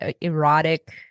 erotic